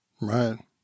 Right